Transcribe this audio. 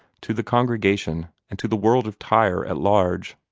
to the congregation, and to the world of tyre at large.